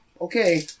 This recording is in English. Okay